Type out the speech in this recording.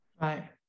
Right